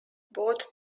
both